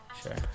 Sure